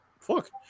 Fuck